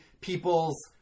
people's